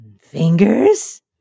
Fingers